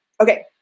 Okay